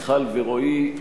מיכל ורועי,